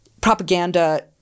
propaganda